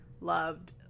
loved